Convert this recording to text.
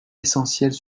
essentiels